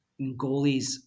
goalies